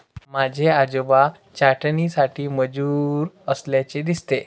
माझे आजोबा छाटणीसाठी मजूर असल्याचे दिसते